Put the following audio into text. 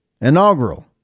inaugural